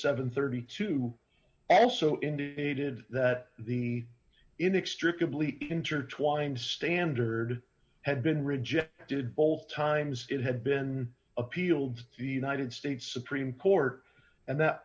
and thirty two also indicated that the inextricably intertwined standard had been rejected by all times it had been appealed to united states supreme court and th